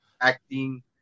Acting